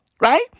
right